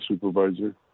supervisor